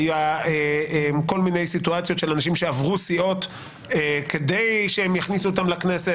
היו כל מיני סיטואציות של אנשים שעברו סיעות כדי שיכניסו אותם לכנסת,